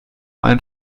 ein